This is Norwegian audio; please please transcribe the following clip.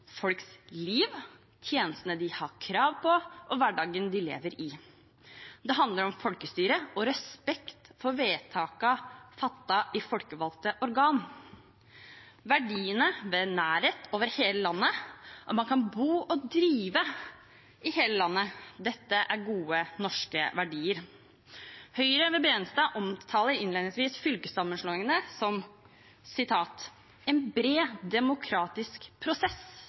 folks liv, tjenestene de har krav på, og hverdagen de lever i. Det handler om folkestyre og respekt for vedtakene som er fattet i folkevalgte organ, om verdiene ved nærhet over hele landet, at man kan bo og drive i hele landet. Dette er gode norske verdier. Høyre ved representanten Tveiten Benestad omtaler innledningsvis fylkessammenslåingene som «en bred demokratisk prosess».